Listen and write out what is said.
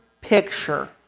picture